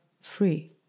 free